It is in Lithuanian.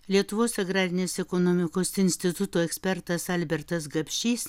lietuvos agrarinės ekonomikos instituto ekspertas albertas gapšys